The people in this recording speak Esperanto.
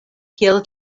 kiel